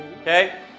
okay